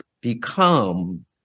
become